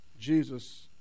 Jesus